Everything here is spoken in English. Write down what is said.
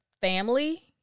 family